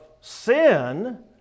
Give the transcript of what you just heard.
sin